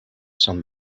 són